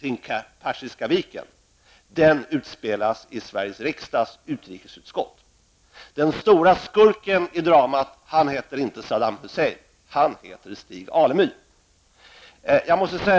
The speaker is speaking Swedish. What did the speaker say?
kring Persiska Viken utan i Sveriges riksdags utrikesutskott. Den stora skurken i dramat heter inte Saddam Hussein utan Stig Alemyr.